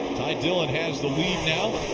ty dillon has the lead now